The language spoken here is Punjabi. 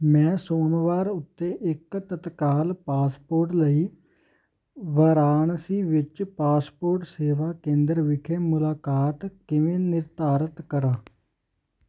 ਮੈਂ ਸੋਮਵਾਰ ਉੱਤੇ ਇੱਕ ਤਤਕਾਲ ਪਾਸਪੋਰਟ ਲਈ ਵਾਰਾਣਸੀ ਵਿੱਚ ਪਾਸਪੋਰਟ ਸੇਵਾ ਕੇਂਦਰ ਵਿਖੇ ਮੁਲਾਕਾਤ ਕਿਵੇਂ ਨਿਰਧਾਰਤ ਕਰਾਂ